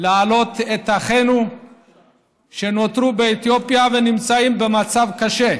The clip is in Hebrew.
להעלות את אחינו שנותרו באתיופיה ונמצאים במצב קשה.